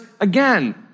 again